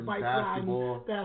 basketball